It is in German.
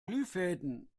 glühfäden